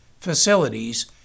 facilities